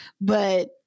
but-